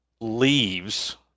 leaves